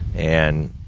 and,